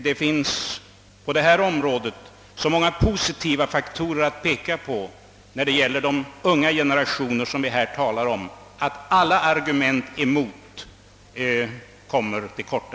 Det finns på detta område så många positiva faktorer att peka på när det gäller de unga generationer vi här talar om, att alla argument mot en sänkning av rösträttsåldern kommer till korta.